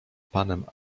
panem